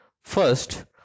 First